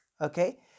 okay